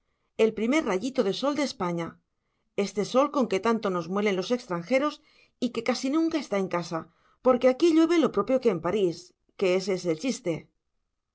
el primer rayito de sol de españa este sol con que tanto nos muelen los extranjeros y que casi nunca está en casa porque aquí llueve lo propio que en parís que ese es el chiste le